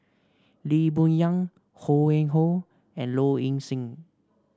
Lee Boon Yang Ho Yuen Hoe and Low Ing Sing